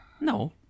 No